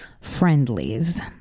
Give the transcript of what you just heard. Friendlies